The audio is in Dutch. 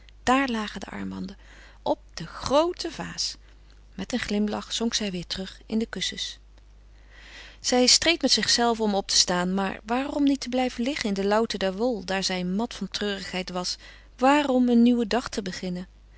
daar lagen de armbanden op de groote vaas met een glimlach zonk zij weêr terug in de kussens zij streed met zichzelve om op te staan maar waarom niet te blijven liggen in de lauwte der wol daar zij mat van treurigheid was waarom een nieuwen dag te beginnen